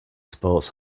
sports